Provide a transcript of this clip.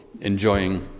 enjoying